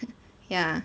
ya